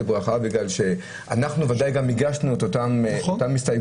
ברכה בגלל שאנחנו ודאי גם הגשנו את אותן הסתייגויות.